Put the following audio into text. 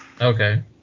Okay